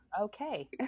Okay